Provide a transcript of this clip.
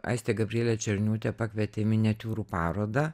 aistė gabrielė černiūtė pakvietė į miniatiūrų paroda